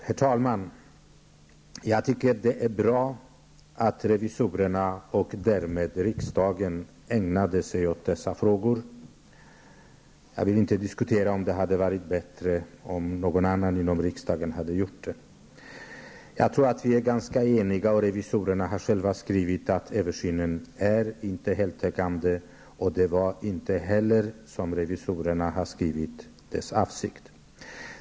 Herr talman! Jag tycker att det är bra att revisorerna och därmed riksdagen ägnat sig åt dessa frågor. Jag vill inte diskutera om det hade varit bättre om någon annan inom riksdagen hade gjort det. Jag tror att vi är ganska eniga, och revisorerna har själva skrivit att översynen inte är heltäckande. Det var inte heller, som revisorerna skrivit, deras avsikt att den skulle vara det.